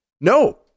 no